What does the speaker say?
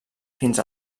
fins